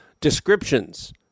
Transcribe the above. descriptions